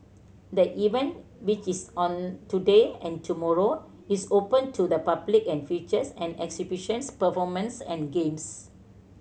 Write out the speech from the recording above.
the event which is on today and tomorrow is open to the public and features an exhibitions performances and games